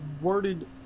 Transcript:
worded